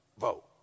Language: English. vote